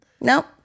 nope